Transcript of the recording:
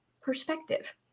perspective